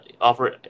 offer